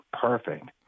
Perfect